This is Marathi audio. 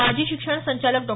माजी शिक्षण संचालक डॉ